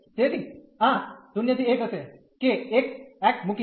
તેથી આ હશે કે એક x મુકીને